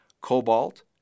cobalt